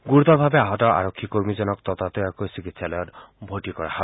গুৰুতৰভাৱে আহত আৰক্ষী কৰ্মীজনক ততাতৈয়াকৈ চিকিৎসালয়ত ভৰ্তি কৰা হয়